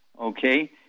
Okay